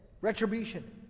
retribution